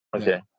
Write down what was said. Okay